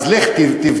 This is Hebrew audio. אז לך תבדוק,